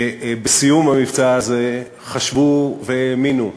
שבסיום המבצע הזה חשבו והאמינו,